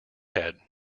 head